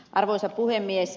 arvoisa puhemies